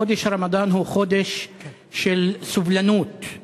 חודש הרמדאן הוא חודש של סובלנות,